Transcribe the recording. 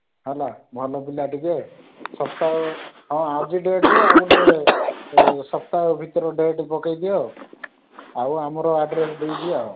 ହେଲା ଭଲ ପିଲା ଟିକିଏ ସପ୍ତାହ ହଁ ଆଜି ଡେଟ୍ ରେ ଆଉଗୋଟେ ଏ ସପ୍ତାହ ଭିତରେ ଡେଟ୍ ପକେଇଦିଅ ଆଉ ଆମର ଆଡ଼୍ରେସ୍ ଦେଇଦିଅ